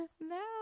No